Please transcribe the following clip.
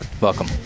Welcome